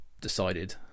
decided